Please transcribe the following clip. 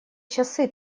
часы